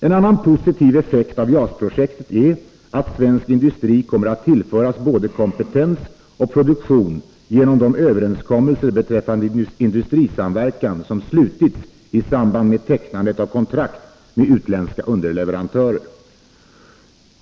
En annan positiv effekt av JAS-projektet är att svensk industri kommer att tillföras både kompetens och produktion genom de överenskommelser beträffande industrisamverkan som slutits i samband med tecknandet av kontrakt med utländska underleverantörer.